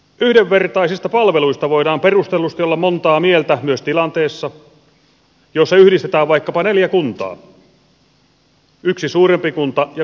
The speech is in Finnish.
yhdenvertaisista palveluista voidaan perustellusti olla montaa mieltä myös tilanteessa jossa yhdistetään vaikkapa neljä kuntaa yksi suurempi kunta ja kolme pienempää